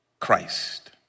Christ